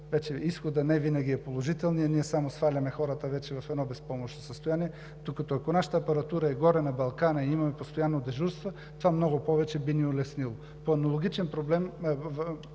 изходът невинаги е положителният и само сваляме хората вече в едно безпомощно състояние. Докато, ако нашата апаратура е горе, на Балкана, и имаме постоянно дежурства, това много повече би ни улеснило. По аналогичен начин